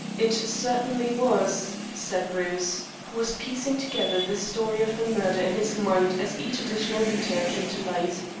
it certainly was, said bruce, who was piecing together the story of the murder in his mind as each additional detail came to light.